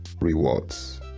rewards